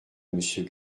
monsieur